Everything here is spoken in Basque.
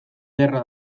ederra